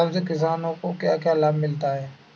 गोदाम से किसानों को क्या क्या लाभ मिलता है?